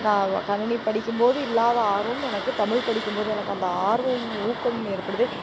நான் கணினி படிக்கும் போது இல்லாத ஆர்வம் எனக்கு தமிழ் படிக்கும் போது எனக்கு அந்த ஆர்வமும் ஊக்கமும் ஏற்படுது